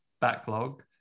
backlog